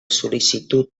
sol·licitud